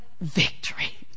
victory